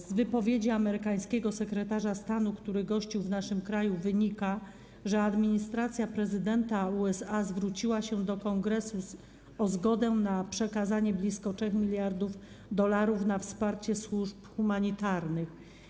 Z wypowiedzi amerykańskiego sekretarza stanu, który gościł w naszym kraju, wynika, że administracja prezydenta USA zwróciła się do Kongresu o zgodę na przekazanie blisko 3 mld dolarów na wsparcie służb humanitarnych.